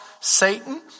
Satan